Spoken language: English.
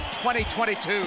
2022